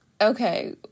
okay